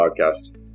Podcast